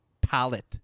palette